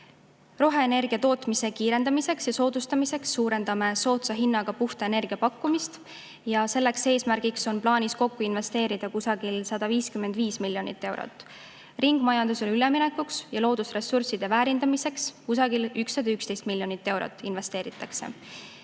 Roheenergia tootmise kiirendamiseks ja soodustamiseks suurendame soodsa hinnaga puhta energia pakkumist ja selle eesmärgi täitmiseks on plaanis kokku investeerida umbes 155 miljonit eurot. Ringmajandusele üleminekuks ja loodusressursside väärindamiseks investeeritakse